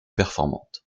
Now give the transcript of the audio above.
performantes